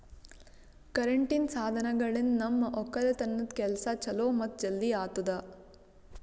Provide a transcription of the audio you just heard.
ಕರೆಂಟಿನ್ ಸಾಧನಗಳಿಂದ್ ನಮ್ ಒಕ್ಕಲತನ್ ಕೆಲಸಾ ಛಲೋ ಮತ್ತ ಜಲ್ದಿ ಆತುದಾ